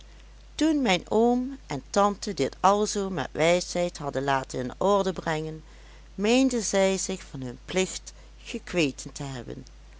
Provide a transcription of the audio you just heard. toen mijn oom en tante dit alzoo met wijsheid hadden laten in orde brengen meenden zij zich van hun plicht gekweten te hebben